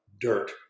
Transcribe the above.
Dirt